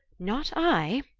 not i!